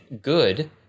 good